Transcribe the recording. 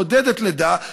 מעודדת לידה,